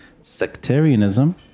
sectarianism